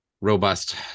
robust